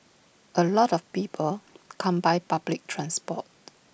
A lot of people come by public transport